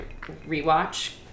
rewatch